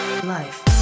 life